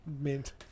Mint